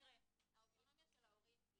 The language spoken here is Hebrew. האוטונומיה של ההורים היא